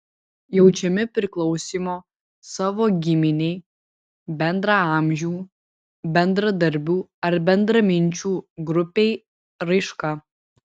jaučiami priklausymo savo giminei bendraamžių bendradarbių ar bendraminčių grupei raiška